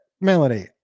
Melody